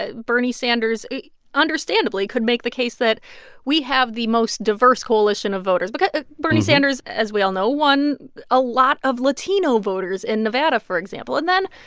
ah bernie sanders understandably could make the case that we have the most diverse coalition of voters. but ah bernie sanders, as we all know, won a lot of latino voters in nevada, for example. and then.